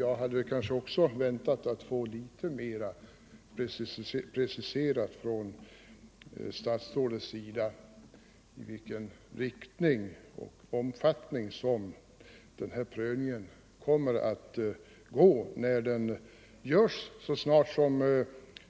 Jag hade också väntat att få litet mera preciserat från statsrådets sida i vilken riktning den här prövningen kommer att gå och vilken omfattning den får när man, så snart